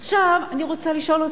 עכשיו, אני רוצה לשאול אותך.